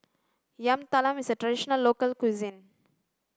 yam talam is a traditional local cuisine